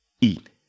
eat